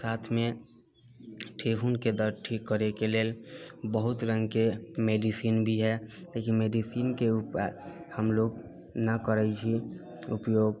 साथ मे ठेहुन के दर्द ठीक करय के लेल बहुत रंग के मेडिसिन भी है लेकिन मेडिसीन के ऊपर हम लोग ना करै छी उपयोग